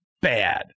bad